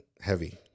heavy